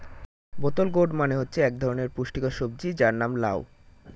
বোতল গোর্ড মানে হচ্ছে এক ধরনের পুষ্টিকর সবজি যার নাম লাউ